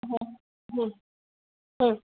ಹ್ಞೂ ಹ್ಞೂ ಹ್ಞೂ